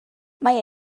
mae